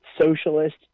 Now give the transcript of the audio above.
socialist